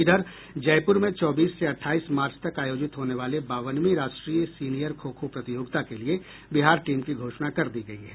इधर जयपुर में चौबीस से अठाईस मार्च तक आयोजित होने वाली बावनवीं राष्ट्रीय सीनियर खो खो प्रतियोगिता के लिए बिहार टीम की घोषणा कर दी गयी है